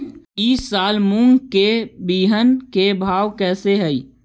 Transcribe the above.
ई साल मूंग के बिहन के भाव कैसे हई?